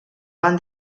van